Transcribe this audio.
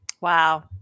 Wow